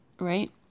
right